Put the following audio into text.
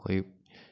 ꯑꯩꯈꯣꯏ